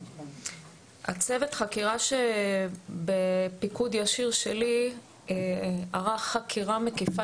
צוות החקירה שבפיקוד ישיר שלי ערך חקירה מקיפה,